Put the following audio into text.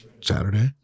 Saturday